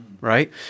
right